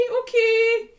okay